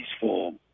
form